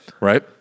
Right